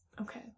Okay